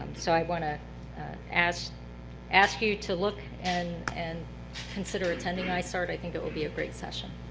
so i want to ask ask you to look and and consider attending isart. i think it will be a great session.